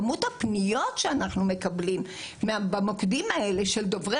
כמות הפניות שאנחנו מקבלים במוקדים האלה של דוברי